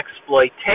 exploitation